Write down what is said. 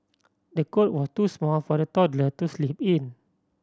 the cot was too small for the toddler to sleep in